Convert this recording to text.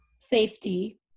safety